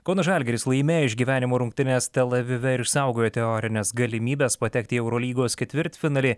kauno žalgiris laimėjo išgyvenimo rungtynes tel avive ir išsaugojo teorines galimybes patekti į eurolygos ketvirtfinalį